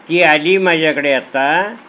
ती आली आहे माझ्याकडे आत्ता